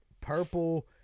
purple